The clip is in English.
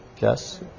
Yes